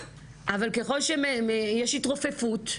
אבל ככל שיש התרופפות,